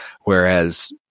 whereas